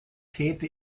täte